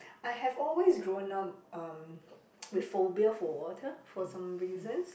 I have always grown up um with phobia for water for some reasons